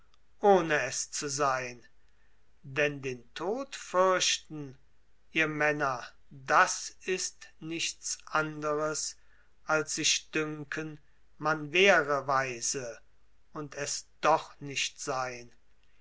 ohne es zu sein denn den tod fürchten ihr männer das ist nichts anderes als sich dünken man wäre weise und es doch nicht sein